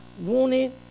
wanted